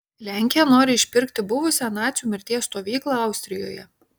lenkija nori išpirkti buvusią nacių mirties stovyklą austrijoje